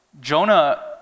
Jonah